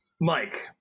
Mike